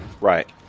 Right